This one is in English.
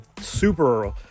super